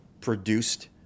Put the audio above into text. produced